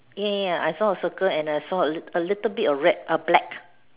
ya ya ya I saw a circle and I saw a little a little bit of red uh black